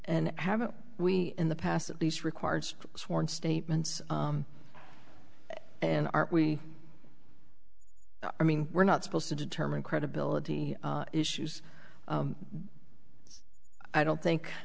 and haven't we in the past at least required sworn statements and are we i mean we're not supposed to determine credibility issues i don't think